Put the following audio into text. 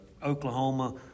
Oklahoma